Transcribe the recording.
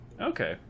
Okay